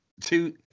Two